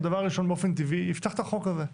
דבר ראשון באופן טבעי יפתח את החוק הזה.